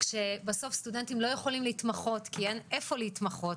כשבסוף סטודנטים לא יכולים להתמחות כי אין איפה להתמחות,